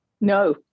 No